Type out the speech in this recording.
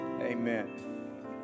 Amen